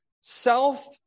self